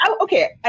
Okay